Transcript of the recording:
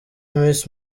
miss